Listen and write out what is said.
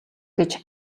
гэж